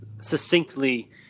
succinctly